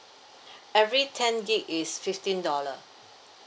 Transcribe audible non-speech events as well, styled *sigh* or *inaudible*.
*breath* every ten G_B is fifteen dollar